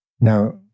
Now